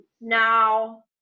now